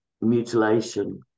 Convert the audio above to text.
mutilation